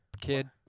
kid